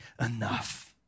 enough